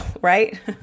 right